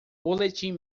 boletim